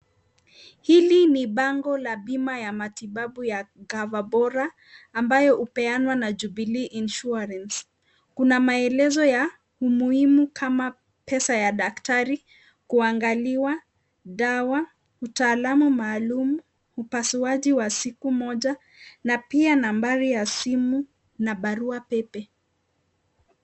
Hili ni bango la bima ya matibabu ya CoverBora ambayo hupeanwa na Jubilee Insurance . Kuna maelezo ya umuhimu kama pesa ya daktari, kuangaliwa, dawa, mtaalamu maalum, upasuaji wa siku moja na pia nambari ya simu na barua pepe.